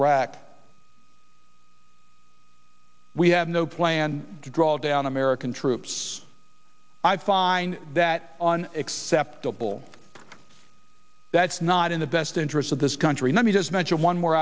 iraq we have no plan to draw down american troops i find that on acceptable that's not in the best interest of this country let me just mention one more